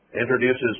introduces